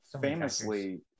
famously